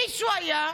מישהו היה,